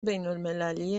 بینالمللی